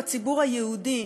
בציבור היהודי,